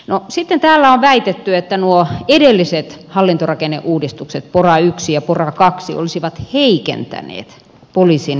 no sitten täällä on väitetty että nuo edelliset hallintorakenneuudistukset pora i ja pora ii olisivat heikentäneet poliisin toiminnallisia tuloksia